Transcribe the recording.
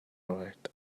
right